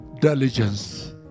diligence